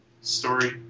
story